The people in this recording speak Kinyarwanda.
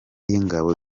yingabo